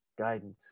guidance